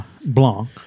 Blanc